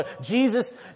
Jesus